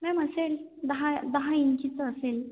ma'am असेल दहा दहा इंचीचं असेल